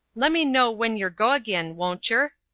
lemmeknow wenyergoagin, woncher?